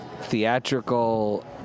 theatrical